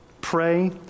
Pray